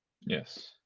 Yes